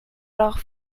doch